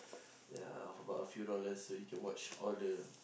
ya for about a few dollars so you can watch all the